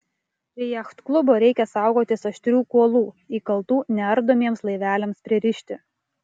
prie jachtklubo reikia saugotis aštrių kuolų įkaltų neardomiems laiveliams pririšti